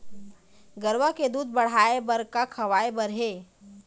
गरवा के दूध बढ़ाये बर का खवाए बर हे?